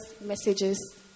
messages